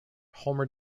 homer